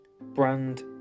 brand